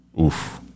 Oof